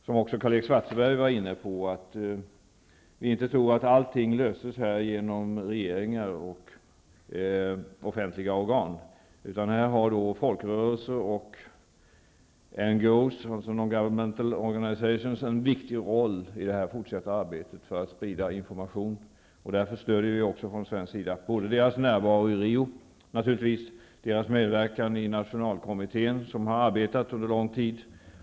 Som Karl-Erik Svartberg sade är det viktigt att vi inte tror att allting löses genom regeringar och offentliga organ, utan folkrörelser och NGO:s, dvs. Non-Governmental Organizations, har en viktig roll som spridare av information i detta fortsatta arbete. Därför stöder vi från svensk sida dessa organisationers närvaro i Rio och deras medverkan i nationalkommittén, som har arbetat under lång tid.